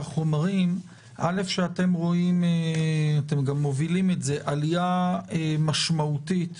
שאתם רואים עלייה משמעותית